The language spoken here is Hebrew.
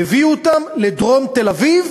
הביאו אותם לדרום תל-אביב,